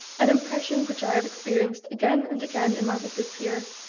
an impression which i have experienced again and again in my visits here,